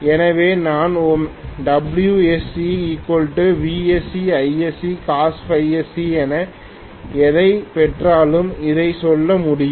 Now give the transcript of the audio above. எனவே நான் WscVscIsccos Φ sc என எதைப் பெற்றாலும் அதைச் சொல்ல முடியும்